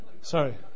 Sorry